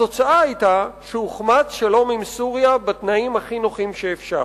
התוצאה היתה שהוחמץ שלום עם סוריה בתנאים הכי נוחים שאפשר.